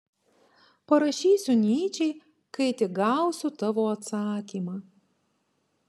parašysiu nyčei kai tik gausiu tavo atsakymą